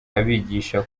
abigisha